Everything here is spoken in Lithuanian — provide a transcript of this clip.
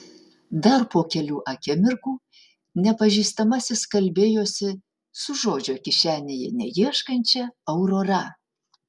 dar po kelių akimirkų nepažįstamasis kalbėjosi su žodžio kišenėje neieškančia aurora